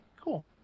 Cool